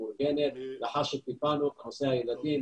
ומאורגנת לאחר שטיפלנו בנושא הילדים,